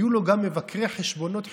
היו לו גם מבקרי חשבונות חיצוניים.